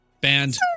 Banned